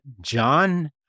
John